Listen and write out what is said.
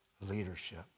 leadership